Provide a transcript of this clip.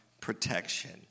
Protection